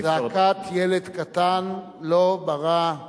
זעקת ילד קטן לא ברא,